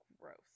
gross